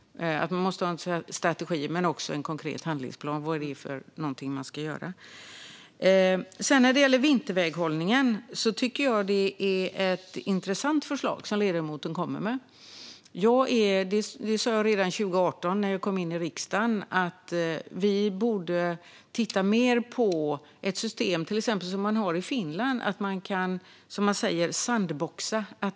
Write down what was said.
Man måste ha en strategi men också en konkret handlingsplan om vad man ska göra. När det gäller vinterväghållningen tycker jag att ledamoten kommer med ett intressant förslag. Jag sa redan 2018, när jag kom in i riksdagen, att vi borde titta mer på ett system som man till exempel har i Finland. Man kan, som man säger, sandboxa.